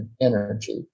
energy